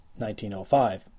1905